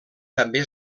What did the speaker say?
també